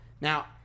Now